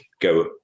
go